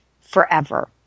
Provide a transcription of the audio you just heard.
forever